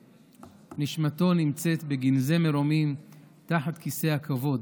שנשמתו נמצאת בגנזי מרומים תחת כיסא הכבוד,